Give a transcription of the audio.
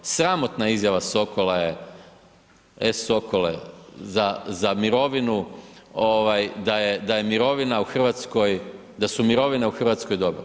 Sramotna izjava Sokola je, e Sokole, za mirovinu, ovaj, da je mirovina u Hrvatskoj, da su mirovine u Hrvatskoj dobre.